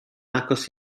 agos